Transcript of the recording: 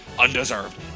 undeserved